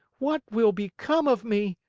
what will become of me?